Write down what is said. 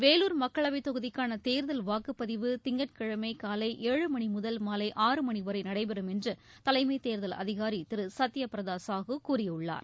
வேலூர் மக்களவைத் தொகுதிக்கான தேர்தல் வாக்குப்பதிவு திங்கட்கிழமை காலை ஏழு மணி முதல் மாலை ஆறு மணி வரை நடைபெறும் என்று தலைமைத் தேர்தல் அதிகாரி திரு சத்யபிரதா சாஹூ கூறியுள்ளார்